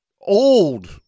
old